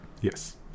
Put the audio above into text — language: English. Yes